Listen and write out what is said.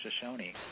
Shoshone